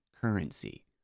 currency